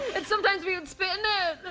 and sometimes we would spit in